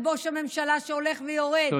בוש הממשלה שהולך ויורד,